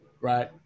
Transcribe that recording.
Right